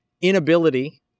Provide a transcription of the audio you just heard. inability